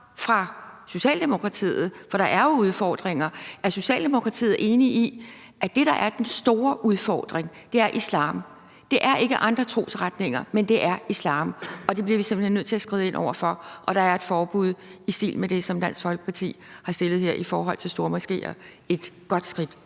fra Socialdemokratiet? For der er jo udfordringer. Er Socialdemokratiet enig i, at det, der er den store udfordring, er islam? Det er ikke andre trosretninger, men det er islam. Det bliver vi simpelt hen nødt til at skride ind over for, og der er et forbud i stil med det, som Dansk Folkeparti har fremsat her i forhold til stormoskéer, et godt skridt